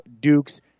Dukes